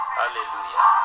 hallelujah